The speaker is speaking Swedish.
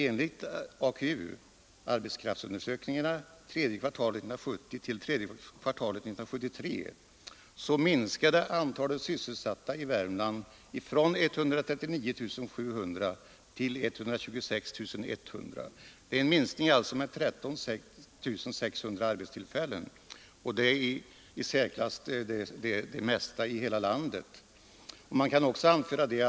Enligt AKU — arbetskraftsundersökningarna — från tredje kvartalet 1970 till tredje kvartalet 1973 minskade antalet sysselsatta i Värmland från 139 700 till 126 100, en minskning alltså med 13 600 arbetstillfällen. Det är den i särklass största minskningen i hela landet.